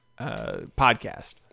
podcast